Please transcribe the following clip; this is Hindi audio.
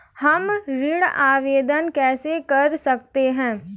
हम ऋण आवेदन कैसे कर सकते हैं?